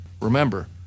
Remember